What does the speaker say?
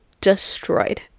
destroyed